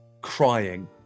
crying